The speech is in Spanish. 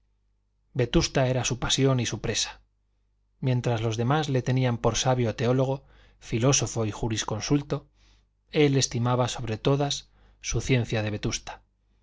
vetusta era su pasión y su presa mientras los demás le tenían por sabio teólogo filósofo y jurisconsulto él estimaba sobre todas su ciencia de vetusta